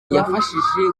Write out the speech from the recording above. yafashije